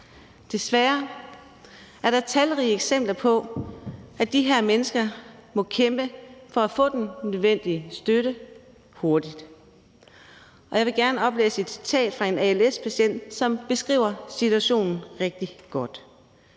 Desværre er der talrige eksempler på, at de her mennesker må kæmpe for at få den nødvendige støtte hurtigt, og jeg vil gerne læse et citat op fra en als-patient, som beskriver situationen rigtig godt: